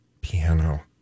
piano